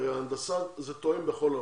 הרי הנדסה זה תואם בכל העולם.